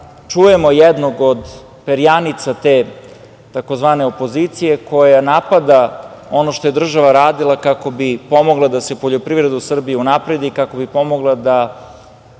čujemo jednog od perjanica te tzv. opozicije koja napada ono što je država radila kako bi pomogla da se poljoprivreda u Srbiji unapredi, kako bi pomogla da